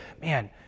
man